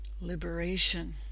Liberation